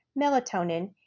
melatonin